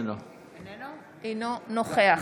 נוכח